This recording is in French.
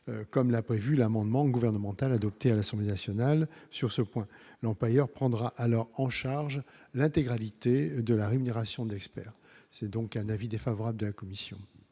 comme l'a prévu l'amendement gouvernemental adopté à l'Assemblée nationale sur ce point, l'employeur prendra alors en charge l'intégralité de la rémunération d'experts, c'est donc un avis défavorable de la commission.